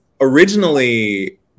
originally